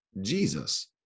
Jesus